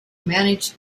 manage